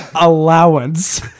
allowance